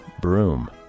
Broom